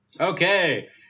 Okay